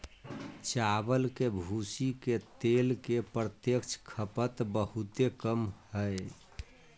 चावल के भूसी के तेल के प्रत्यक्ष खपत बहुते कम हइ